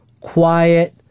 quiet